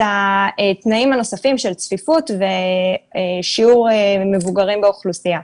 התנאים הנוספים של צפיפות ושיעור מבוגרים באוכלוסייה.